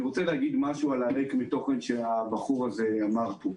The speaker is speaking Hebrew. אני רוצה להגיד משהו על ה"ריק מתוכן" שהבחור הזה אמר פה.